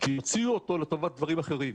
הוציאו אותו לטובת דברים אחרים.